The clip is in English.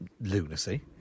lunacy